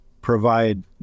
provide